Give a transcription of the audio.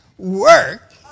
Work